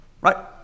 Right